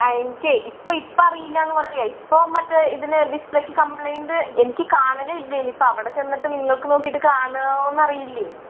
ആ എനിക്കേ ഇപ്പോൾ ഇപ്പോൾ അറിയില്ല എന്ന് പറഞ്ഞത് ഇപ്പം മറ്റേ ഇതിന് ഡിസ്പ്ലേക്ക് കംപ്ലൈൻറ്റ് എനിക്ക് കാണലില്ല ഇനിയിപ്പം അവിടെ ചെന്നിട്ട് നിങ്ങൾക്ക് നോക്കിയിട്ട് കാണുമോ എന്ന് അറിയില്ലേ